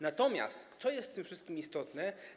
Natomiast co jest w tym wszystkim istotne?